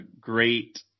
great